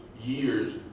years